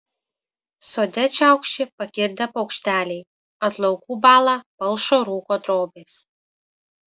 sode čiaukši pakirdę paukšteliai ant laukų bąla palšo rūko drobės